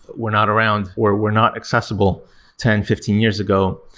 we're not around, or we're not accessible ten, fifteen years ago.